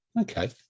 Okay